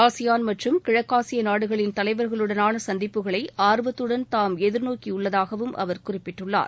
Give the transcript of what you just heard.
ASEAN மற்றும் கிழக்காசிய நாடுகளின் தலைவர்களுடனான சந்திப்புகளை ஆர்வத்துடன் தாம் எதிர்நோக்கியுள்ளதாகவும் அவர் குறிப்பிட்டுள்ளார்